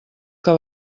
que